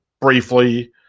briefly